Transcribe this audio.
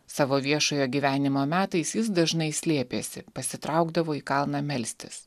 savo viešojo gyvenimo metais jis dažnai slėpėsi pasitraukdavo į kalną melstis